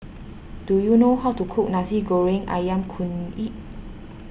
do you know how to cook Nasi Goreng Ayam Kunyit